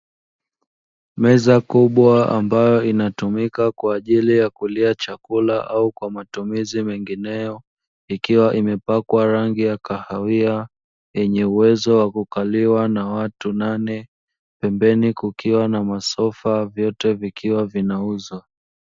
Meza kubwa ambayo inatumika kwa ajili ya kulia chakula au kwa matumizi mengineyo, ikiwa imepakwa rangi ya kahawia yenye uwezo wa kukaliwa na watu nane pembeni kukiwa na masofa vyote vikiwa vinauzwa.